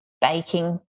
baking